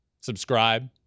subscribe